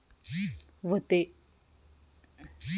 व्हते